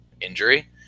injury